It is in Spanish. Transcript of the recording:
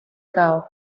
cao